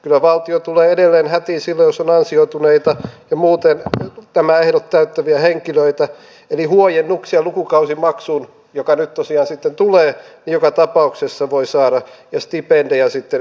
kyllä valtio tulee edelleen hätiin silloin jos on ansioituneita ja muuten nämä ehdot täyttäviä henkilöitä eli huojennuksia lukukausimaksuun joka nyt tosiaan sitten tulee joka tapauksessa voi saada ja stipendejä sitten elämiseen